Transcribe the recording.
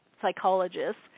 psychologists